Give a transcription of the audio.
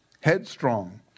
headstrong